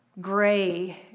gray